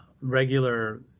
regular